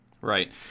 Right